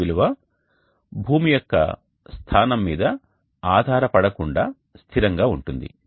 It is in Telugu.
దీని విలువ భూమి యొక్క స్థానం మీద ఆధారపడకుండా స్థిరంగా ఉంటుంది